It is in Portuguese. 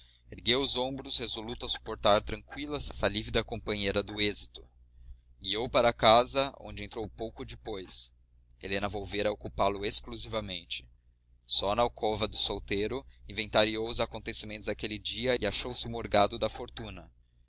ergueu os ombros resoluto a suportar tranqüilo essa lívida companheira do êxito guiou para casa onde entrou pouco depois helena volvera a ocupá lo exclusivamente só na alcova de solteiro inventariou os acontecimentos daquele dia e achouse morgado da fortuna